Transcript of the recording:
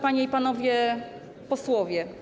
Panie i Panowie Posłowie!